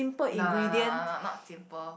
no no no no no not simple